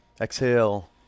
Exhale